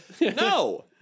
no